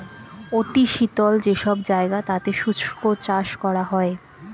অতি শীতল যে সব জায়গা তাতে শুষ্ক চাষ করা হয়